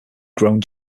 grown